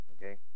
okay